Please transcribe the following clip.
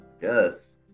Yes